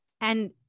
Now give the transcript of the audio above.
And-